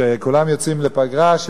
כולם יוצאים לפגרה,